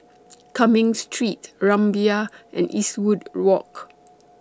Cumming Street Rumbia and Eastwood Walk